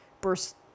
burst